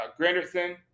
Granderson